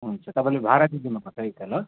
हुन्छ तपाईँले भाडा चाहिँ दिनुपर्छ है त ल